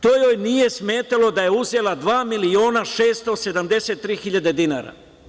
To joj nije smetalo da je uzela 2.673.000 dinara.